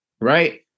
Right